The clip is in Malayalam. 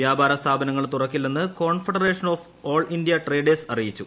വ്യാപാര സ്ഥാപനങ്ങൾ തുറക്കില്ലെന്ന് confederation of all India traders അറിയിച്ചു